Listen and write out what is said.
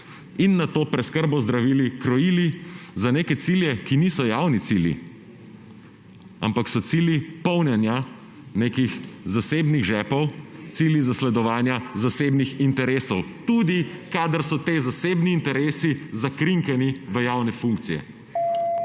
in nato preskrbo z zdravili krojili za neke cilje, ki niso javni cilji, ampak so cilji polnjenja nekih zasebnih žepov, cilji zasledovanja zasebnih interesov, tudi kadar so ti zasebni interesi zakrinkani v javne funkcije.